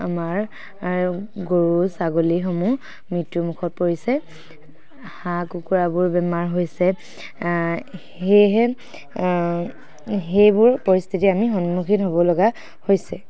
আমাৰ গৰু ছাগলীসমূহ মৃত্যুমুখত পৰিছে হাঁহ কুকুৰাবোৰ বেমাৰ হৈছে সেয়েহে সেইবোৰ পৰিস্থিতি আমি সন্মুখীন হ'ব লগা হৈছে